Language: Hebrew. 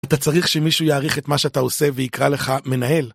אתה צריך שמישהו יעריך את מה שאתה עושה ויקרא לך מנהל.